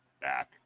back